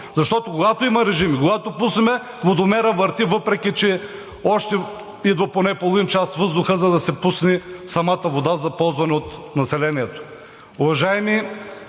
Защото, когато има режим и когато пуснем – водомерът върти, въпреки че още поне половин час идва въздух, за да се пусне самата вода за ползване от населението.